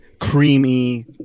creamy